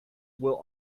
will